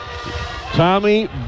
Tommy